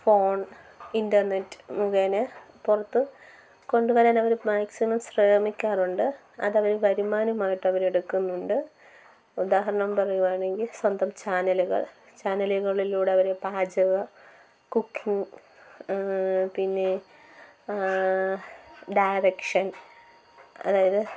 phone internet മുഖേന പുറത്ത് കൊണ്ടുവരാൻ അവര് മാക്സിമം ശ്രമിക്കാറുണ്ട് അതവര് വരുമാനമായിട്ടു എടുക്കുന്നുണ്ട് ഉദാഹരണം പറയുവാണെങ്കിൽ സ്വന്തം ചാനലുകൾ ചാനലുകളിലൂടെ അവര് പാചക കുക്കിങ് പിന്നെ ഡയറക്ഷൻ അതായത്